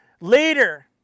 later